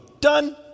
done